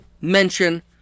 mention